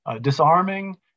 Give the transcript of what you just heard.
disarming